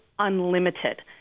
unlimited